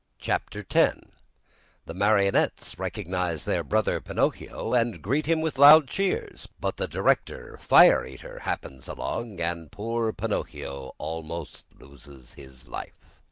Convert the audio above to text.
chapter ten the marionettes recognize their brother pinocchio, and greet him with loud cheers but the director, fire eater, happens along and poor pinocchio almost loses his life.